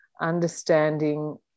understanding